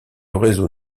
réseau